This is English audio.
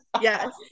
Yes